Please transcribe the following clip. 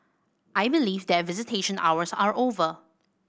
I believe that visitation hours are over